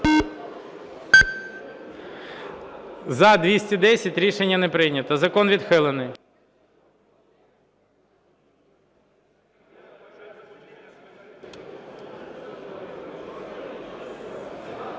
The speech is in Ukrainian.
За-210 Рішення не прийнято. Закон відхилений.